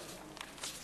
לשאול: